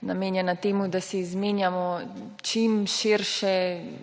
namenjena temu, da si izmenjamo čim širše